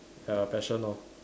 ya passion lor